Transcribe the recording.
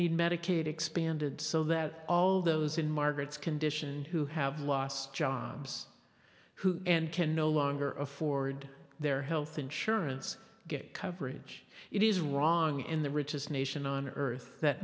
need medicaid expanded so that all those in margaret's condition who have lost jobs who and can no longer afford their health insurance get coverage it is wrong in the richest nation on earth that